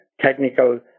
technical